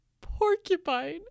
porcupine